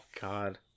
God